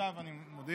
עכשיו אני מודיע.